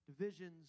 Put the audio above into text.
divisions